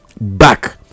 back